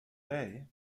day